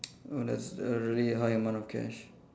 oh that's really high amount of cash